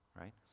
Right